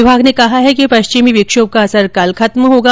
विभाग ने कहा है कि पश्चिमी विक्षोम का असर कल खत्म होगा